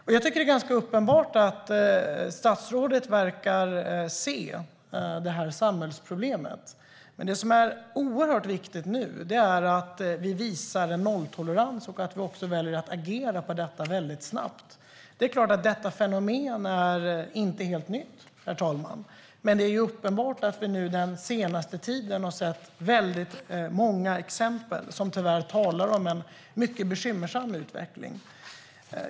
Det är uppenbart att statsrådet verkar se samhällsproblemet, men det som är oerhört viktigt nu är att vi visar nolltolerans och att vi agerar på detta problem snabbt. Detta fenomen är inte helt nytt, herr talman, men det är uppenbart att vi den senaste tiden har sett många exempel som tyvärr talar om en bekymmersam utveckling.